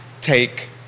take